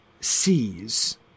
sees